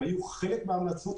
הם היו חלק מההמלצות,